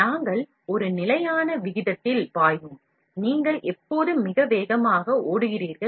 ஓட்டம் நிலையான விகிதத்தில் இருக்க வேண்டும்